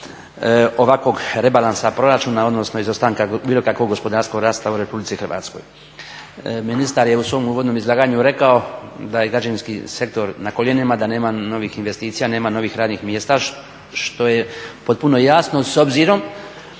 ovakvog rebalansa proračuna odnosno izostanka bilo kakvog gospodarskog rasta u Republici Hrvatskoj. Ministar je u svom uvodnom izlaganju rekao da je građevinski sektor na koljenima, da nema novih investicija, nema novih radnih mjesta što je potpuno jasno s obzirom